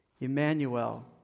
Emmanuel